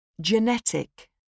Genetic